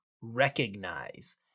recognize